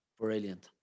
brilliant